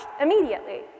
immediately